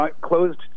closed